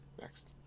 Next